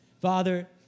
Father